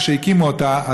כשהקימו אותה,